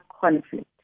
conflict